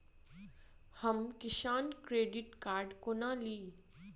हम किसान credit card कोना ली?